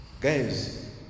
guys